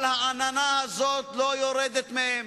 העננה הזו לא יורדת מהם.